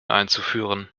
einzuführen